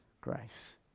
grace